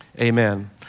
Amen